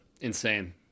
Insane